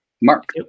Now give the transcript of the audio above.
Mark